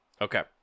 Okay